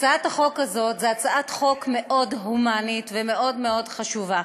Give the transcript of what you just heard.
הצעת החוק הזאת היא הצעת חוק מאוד הומנית ומאוד מאוד חשובה.